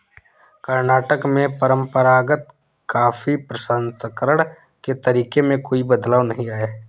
कर्नाटक में परंपरागत कॉफी प्रसंस्करण के तरीके में कोई बदलाव नहीं आया है